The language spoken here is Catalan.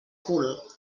cul